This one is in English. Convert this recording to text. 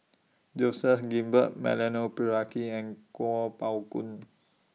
Joseph Grimberg Milenko Prvacki and Kuo Pao Kun